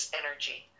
energy